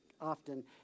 Often